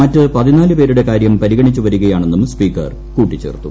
മറ്റ് പതിനാലു പേരുടെ കാര്യം പരിഗണിച്ചുവരികയാണെന്നും സ്പീക്കർ കൂട്ടിച്ചേർത്തു